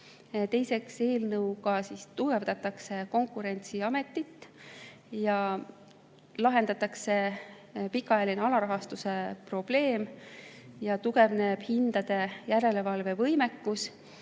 Teiseks, eelnõuga tugevdatakse Konkurentsiametit ja lahendatakse pikaajaline alarahastuse probleem, tugevneb hindade järelevalve võimekus.